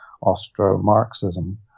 austro-marxism